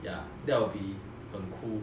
yeah that would be 很 cool